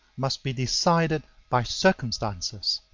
must be decided by circumstances.